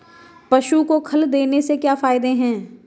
पशु को खल देने से क्या फायदे हैं?